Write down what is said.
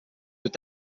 were